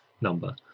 number